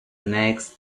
next